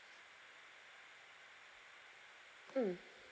mm